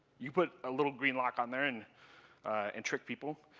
you put a little green lock on there and and trick people.